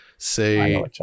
say